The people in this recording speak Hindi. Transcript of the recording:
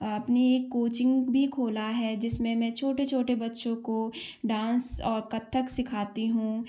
अ अपनी एक कोचिंग भी खोला है जिसमें मैं छोटे छोटे बच्चों को डांस और कत्थक सीखाती हूँ